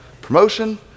Promotion